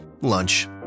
lunch